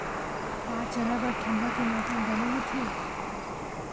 का चना बर ठंडा के मौसम बने होथे?